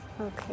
Okay